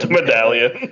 Medallion